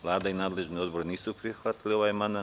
Vlada i nadležni odbor nisu prihvatili amandman.